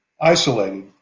isolated